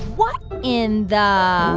what in the.